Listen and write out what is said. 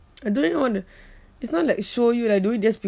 uh doing on uh it's not like show you like do it just